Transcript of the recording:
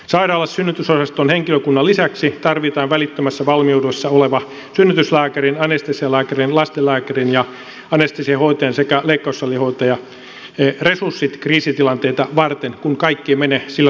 sairaalassa synnytysosaston henkilökunnan lisäksi tarvitaan välittömässä valmiudessa olevien synnytyslääkärin anestesialääkärin lastenlääkärin ja anestesiahoitajan sekä leikkaussalihoitajan resurssit kriisitilanteita varten kun kaikki ei mene sillä tavalla kuin pitäisi